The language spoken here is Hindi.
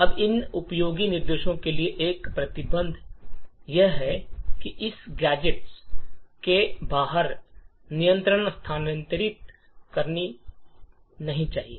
अब इन उपयोगी निर्देशों के लिए एक प्रतिबंध यह है कि इसे गैजेट के बाहर नियंत्रण स्थानांतरित नहीं करना चाहिए